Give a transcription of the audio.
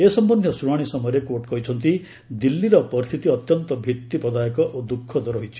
ଏ ସମ୍ପନ୍ଧୀୟ ଶୁଣାଣି ସମୟରେ କୋର୍ଟ୍ କହିଛନ୍ତି ଦିଲ୍ଲୀର ପରିସ୍ଥିତି ଅତ୍ୟନ୍ତ ଭିଭିପ୍ରଦାୟକ ଓ ଦୁଃଖଦ ରହିଛି